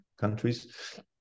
countries